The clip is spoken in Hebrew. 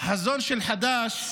החזון של חד"ש